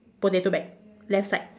potato bag left side